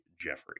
Jeffrey